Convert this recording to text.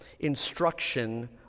instruction